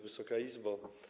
Wysoka Izbo!